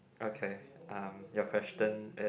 okay um your question is